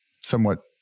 somewhat